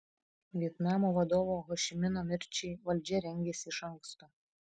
vietnamo vadovo ho ši mino mirčiai valdžia rengėsi iš anksto